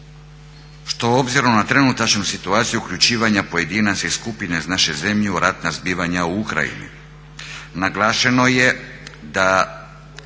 što obzirom na trenutačnu situaciju uključivanja pojedinca i skupine iz naše zemlje u ratna zbivanja u Ukrajini. Naglašeno je da